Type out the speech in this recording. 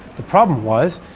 the problem was,